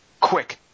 Quick